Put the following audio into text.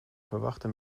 verwachte